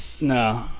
no